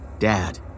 dad